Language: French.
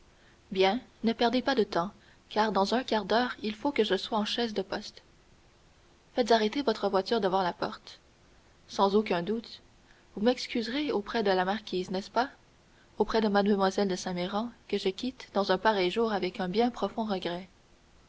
bien ne perdez pas de temps car dans un quart d'heure il faut que je sois en chaise de poste faites arrêter votre voiture devant la porte sans aucun doute vous m'excuserez auprès de la marquise n'est-ce pas auprès de mlle de saint méran que je quitte dans un pareil jour avec un bien profond regret